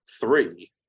three